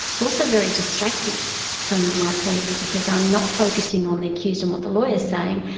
it's also very distracting from my point of view because i'm not focusing on the accused and what the lawyer is saying,